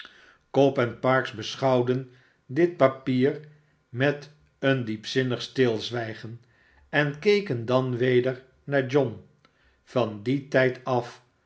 cobb en parkes beschouwden dit papier met een diepzinnig stilzwijgen en keken dan weder naar john van dien tijd af